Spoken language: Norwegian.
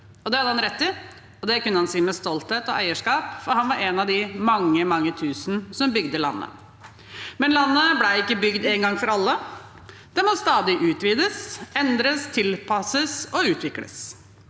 Det hadde han rett i, og det kunne han si med stolthet og eierskap, for han var en av de mange, mange tusen som bygde landet. Men landet ble ikke bygd en gang for alle. Det må stadig utvides, endres, tilpasses og utvikles.